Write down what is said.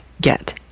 get